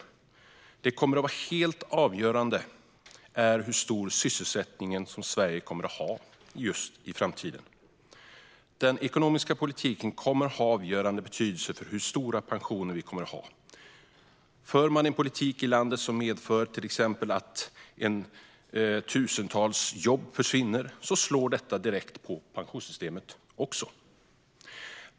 Det som kommer att vara helt avgörande är hur stor sysselsättning Sverige kommer att ha i framtiden. Den ekonomiska politiken kommer att ha avgörande betydelse för hur stora pensioner vi kommer att ha. För man en politik i landet som till exempel medför att tusentals jobb försvinner slår det direkt också mot pensionssystemet.